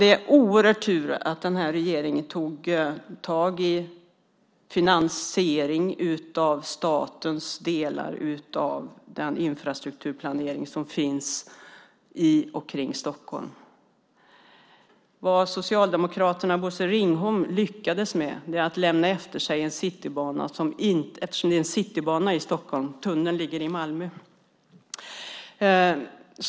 Det är en oerhörd tur att den här regeringen tog tag i finansieringen av statens delar av den infrastrukturplanering som finns i och kring Stockholm. Vad Socialdemokraterna och Bosse Ringholm lyckades med var att lämna efter sig en citybana som var ofinansierad. Det är en citybana som byggs i Stockholm; tunneln ligger i Malmö.